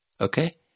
okay